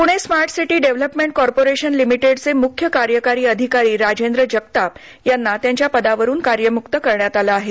Pune smart city development corporation लिमिटेडचे मुख्य कार्यकारी अधिकारी राजेंद्र जगताप यांना त्यांच्या पदावरून कार्यम्क्त करण्यात आलं आहे